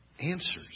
answers